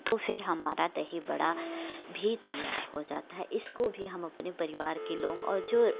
तो फिर हमारा दही बड़ा भी तैयार हो जाता है इसको भी हम अपने परिवार के लोग और जो